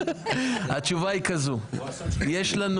התשובה היא כזו: יש לנו